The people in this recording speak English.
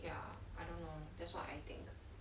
ya I don't know that's what I think